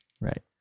Right